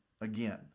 again